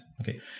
Okay